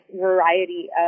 variety